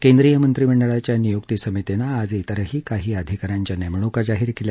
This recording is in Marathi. केंद्रीय मंत्रिमंडळाच्या नियुक्ती समितीनं आज तिरही काही अधिकाऱ्यांच्या नेमणुका जाहीर केल्या